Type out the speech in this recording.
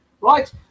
right